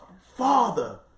father